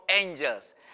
angels